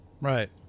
Right